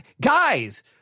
guys